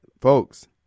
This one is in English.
folks